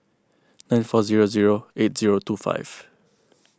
nine four zero zero eight zero two five